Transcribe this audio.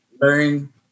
learn